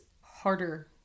harder